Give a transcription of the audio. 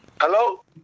Hello